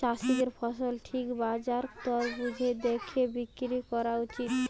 চাষীদের ফসল ঠিক বাজার দর বুঝে দেখে বিক্রি কোরা উচিত